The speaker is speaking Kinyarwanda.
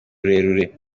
rurerure